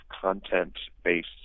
content-based